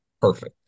perfect